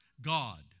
God